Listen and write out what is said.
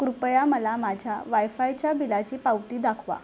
कृपया मला माझ्या वायफायच्या बिलाची पावती दाखवा